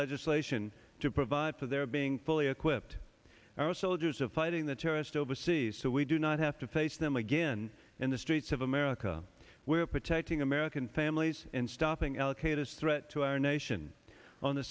legislation to provide for their being fully equipped our soldiers of fighting the terrorists overseas so we do not have to face them again in the streets of america where protecting american families and stopping allocators threat to our nation on the